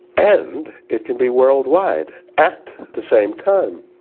and it can be worldwide at the same time.